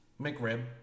McRib